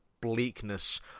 bleakness